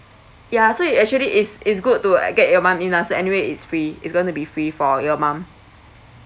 ya so it actually is is good to uh get your mum in lah so anyway it's free it's going to be free for your mum